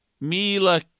Mila